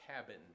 Cabin